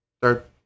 start